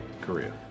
Korea